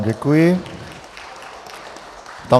Děkuji vám.